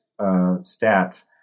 stats